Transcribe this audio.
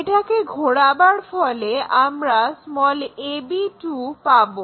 এটাকে একবার ঘোরাবার ফলে আমরা ab2 পাবো